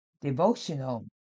devotional